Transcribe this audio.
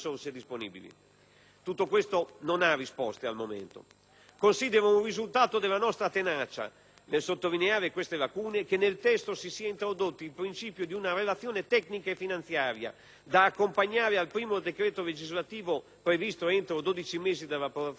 Tutto questo non ha risposte al momento. Considero un risultato della nostra tenacia nel sottolineare queste lacune il fatto che nel testo sia stato introdotto il principio di una relazione tecnica e finanziaria da accompagnare al primo decreto legislativo (previsto entro dodici mesi dall'approvazione della legge delega),